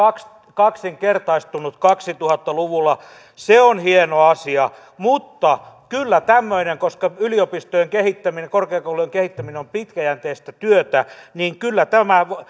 kaksinkertaistunut kaksituhatta luvulla se on hieno asia mutta koska yliopistojen kehittäminen korkeakoulujen kehittäminen on pitkäjänteistä työtä niin kyllä tämä